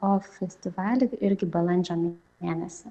o festivalį irgi balandžio mėnesį